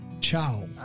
Ciao